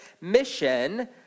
mission